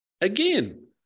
again